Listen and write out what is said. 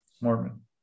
Mormon